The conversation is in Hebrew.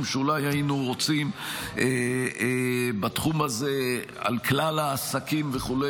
שאולי היינו רוצים בתחום הזה על כלל העסקים וכו',